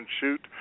shoot